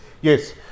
Yes